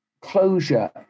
closure